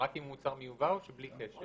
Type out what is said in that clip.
רק אם הוא מוצר מיובא או שבלי קשר?